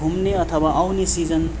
घुम्ने अथवा आउने सिजन